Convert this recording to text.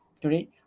today